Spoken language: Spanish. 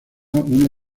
una